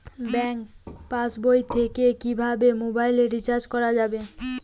Bank পাশবই থেকে কিভাবে মোবাইল রিচার্জ করা যাবে?